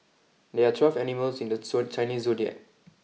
there are twelve animals in the Chinese Zodiac